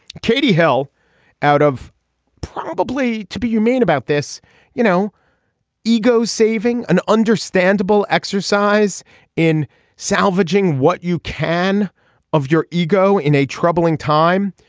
katie hill out of probably to be humane about this you know ego saving an understandable exercise in salvaging what you can of your ego in a troubling time.